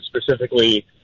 specifically